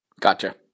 Gotcha